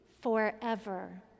forever